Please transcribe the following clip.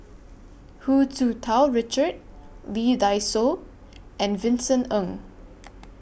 Hu Tsu Tau Richard Lee Dai Soh and Vincent Ng